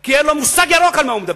כי אין לו מושג ירוק על מה הוא מדבר.